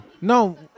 No